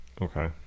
Okay